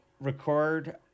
record